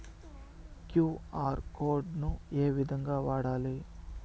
QR code ను ఏ విధంగా వాడాలి?